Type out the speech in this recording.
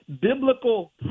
biblical